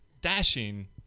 dashing